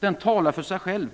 Den talar för sig själv.